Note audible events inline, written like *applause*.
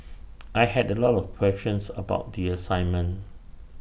*noise* I had A lot of questions about the assignment